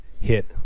hit